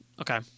Okay